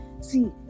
See